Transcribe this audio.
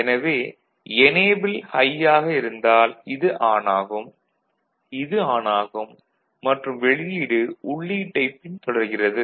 எனவே enable EN high யாக இருந்தால் இது ஆன் ஆகும் இது ஆன் ஆகும் மற்றும் வெளியீடு உள்ளீட்டைப் பின்தொடர்கிறது